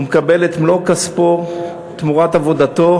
הוא מקבל את מלוא כספו תמורת עבודתו,